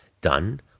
done